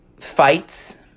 Fights